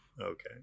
Okay